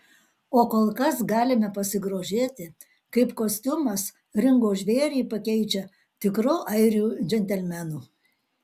o kol kas galime pasigrožėti kaip kostiumas ringo žvėrį pakeičia tikru airių džentelmenu